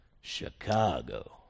Chicago